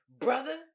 brother